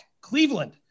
Cleveland